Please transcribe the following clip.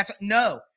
No